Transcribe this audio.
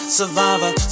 survivor